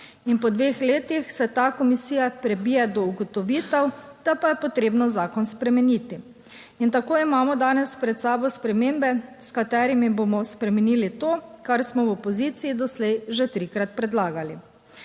In po dveh letih se ta komisija prebije do ugotovitev, da pa je potrebno zakon spremeniti. In tako imamo danes pred sabo spremembe, s katerimi bomo spremenili to, kar smo v opoziciji doslej že trikrat predlagali.